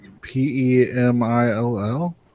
P-E-M-I-L-L